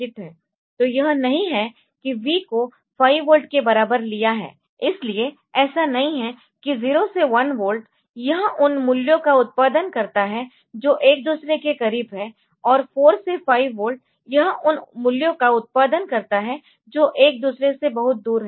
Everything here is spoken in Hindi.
तो यह नहीं है कि V को 5 वोल्ट के बराबर लिया है इसलिए ऐसा नहीं है कि 0 से 1 वोल्ट यह उन मूल्यों का उत्पादन करता है जो एक दूसरे के करीब है और 4 से 5 वोल्ट यह उन मूल्यों का उत्पादन करता है जो एक दूसरे से बहुत दूर है